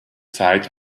zeit